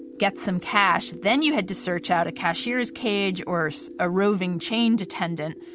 get some cash, then you had to search out a cashier's cage or so a roving change attendant,